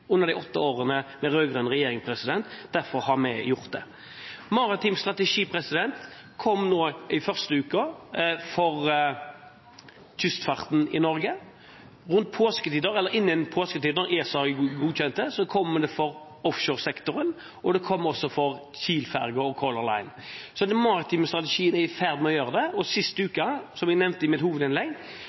under de åtte årene med rød-grønn regjering. Derfor har vi gjort det. Maritim strategi kommer nå for kystfarten i Norge. Rundt påsketider, eller før påske, når ESA har godkjent det, kommer det for offshoresektoren, og det kommer også for Kiel-ferga og Color Line. Så den maritime strategien er i ferd med å gjøre det, og sist uke, som jeg nevnte i mitt hovedinnlegg,